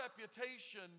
reputation